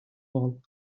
wall